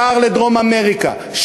שער לדרום-אמריקה,